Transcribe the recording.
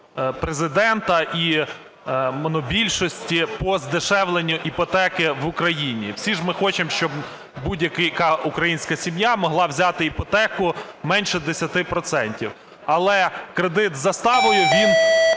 Президента і монобільшості по здешевленню іпотеки в Україні. Всі ж ми хочемо, щоб будь-яка українська сім'я могла взяти іпотеку менше 10 процентів, але кредит із заставою, він,